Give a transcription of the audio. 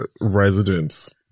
residents